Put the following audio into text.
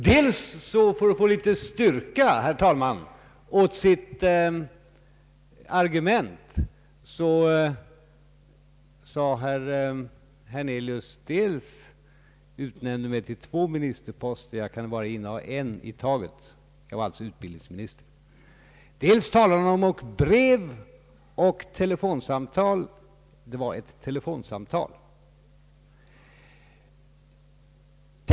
Herr talman! För att få litet styrka åt sitt argument dels utnämner herr Hernelius mig till två ministerposter — jag kan bara inneha en i taget; jag var alltså utbildningsminister — dels talar han om brev och telefonsamtal. Det var ett telefonsamtal.